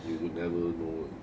you will never know it